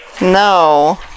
No